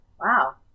Wow